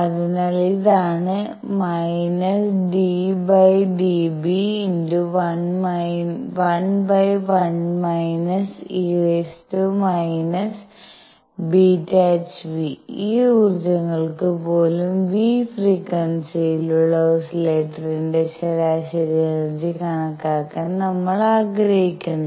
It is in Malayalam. അതിനാൽ ഇതാണ് ddβ11 e⁻ᵝʰᵛ ഈ ഊർജ്ജങ്ങൾക്കു പോലും ν ഫ്രീക്വൻസിയിലുള്ള ഓസിലേറ്ററിന്റെ ശരാശരി എനർജി കണക്കാക്കാൻ നമ്മൾ ആഗ്രഹിക്കുന്നു